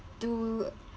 to